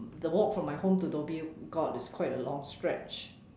the walk from my home to Dhoby Ghaut is quite a long stretch